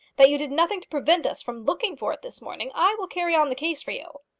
that you did nothing to prevent us from looking for it this morning, i will carry on the case for you.